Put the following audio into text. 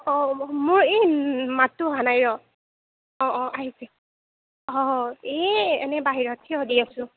অঁ মোৰ এই মাতটো অহা নাই ৰহ অঁ অঁ আহিছে অঁ এই এনেই বাহিৰত থিয় দি আছোঁ